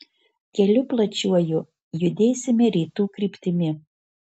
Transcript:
keliu plačiuoju judėsime rytų kryptimi